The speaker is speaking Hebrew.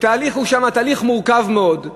התהליך שם הוא תהליך מורכב מאוד,